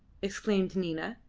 exclaimed nina.